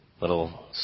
little